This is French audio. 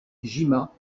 jima